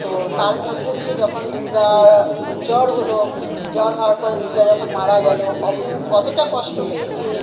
তো তার মধ্যে দিয়ে যখন দুর্গার জ্বর হলো জ্বর হওয়ার পরে দুর্গা যখন মারা গেল অপু কতটা কষ্ট পেয়েছে